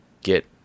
get